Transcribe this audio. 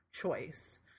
choice